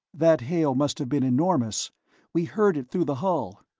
that hail must have been enormous we heard it through the hull.